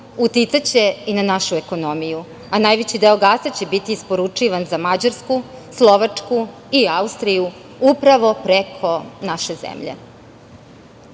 uticaće i na našu ekonomiju, a najveći deo gasa će biti isporučivan za Mađarsku, Slovačku i Austriju, upravo preko naše zemlje. Sve